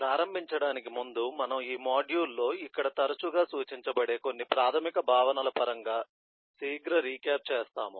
ప్రారంభించడానికి ముందు మనము ఈ మాడ్యూల్లో ఇక్కడ తరచుగా సూచించబడే కొన్ని ప్రాథమిక భావనల పరంగా శీఘ్ర రీక్యాప్ చేస్తాము